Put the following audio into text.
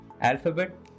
Alphabet